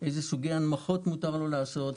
איזה סוגי הנמכות מותר לו לעשות,